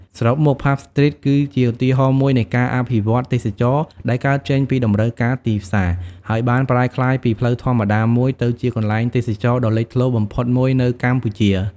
សរុបមក ផាប់ ស្ទ្រីត គឺជាឧទាហរណ៍មួយនៃការអភិវឌ្ឍន៍ទេសចរណ៍ដែលកើតចេញពីតម្រូវការទីផ្សារ ហើយបានប្រែក្លាយពីផ្លូវធម្មតាមួយទៅជាកន្លែងទេសចរណ៍ដ៏លេចធ្លោបំផុតមួយនៅកម្ពុជា។